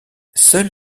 seuls